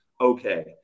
okay